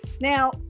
Now